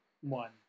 one